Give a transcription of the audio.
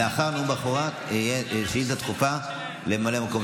לאחר נאום הבכורה תהיה שאילתה דחופה לממלא מקום